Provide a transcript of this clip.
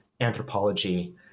anthropology